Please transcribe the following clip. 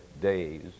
days